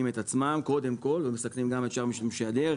את עצמם ומסכנים את שאר משתמשי הדרך,